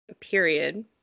Period